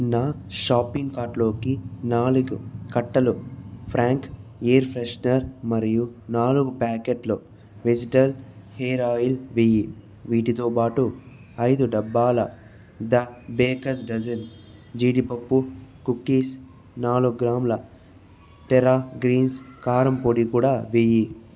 నా షాపింగ్ కార్టులోకి నాలుగు కట్టలు ఫ్ర్యాంక్ ఎయిర్ ఫ్రెషనర్ మరియు నాలుగు ప్యాకెట్లు వెజిటల్ హెయిర్ ఆయిల్ వెయ్యి వీటితో బాటు ఐదు డబ్బాల ద బేకర్స్ డజన్ జీడిపప్పు కుక్కీస్ నాలుగు గ్రాముల టెర్రా గ్రీన్స్ కారం పొడి కూడా వెయ్యి